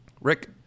Rick